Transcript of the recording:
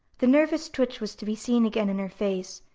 the nervous twitch was to be seen again in her face,